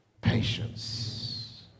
patience